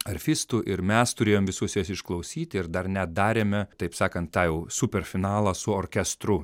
arfistų ir mes turėjom visus juos išklausyti ir dar net darėme taip sakant tą jau superfinalą su orkestru